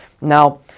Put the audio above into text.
Now